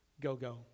Go-go